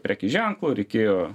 prekės ženklo reikėjo